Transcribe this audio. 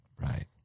Right